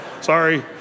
Sorry